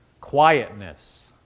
quietness